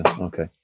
Okay